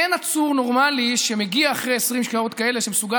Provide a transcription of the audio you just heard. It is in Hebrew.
אין עצור נורמלי שמגיע אחרי 20 שעות כאלה ומסוגל